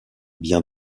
bien